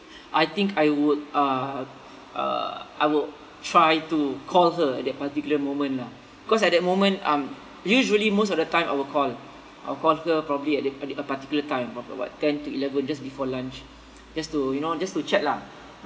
I think I would uh uh I will try to call her at that particular moment lah cause at that moment um usually most of the time I will call I'll call her probably at a at a particular time of about ten to eleven just before lunch just to you know just to check lah